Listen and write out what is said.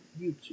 YouTube